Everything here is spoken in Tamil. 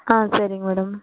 ஆ சரிங் மேடம்